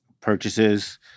purchases